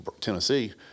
Tennessee